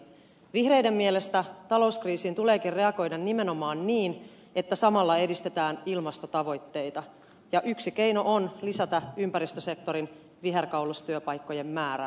vihreiden mielestä talouskriisiin tuleekin reagoida nimenomaan niin että samalla edistetään ilmastotavoitteita ja yksi keino on lisätä ympäristösektorin viherkaulustyöpaikkojen määrää